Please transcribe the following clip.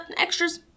extras